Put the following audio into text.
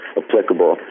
applicable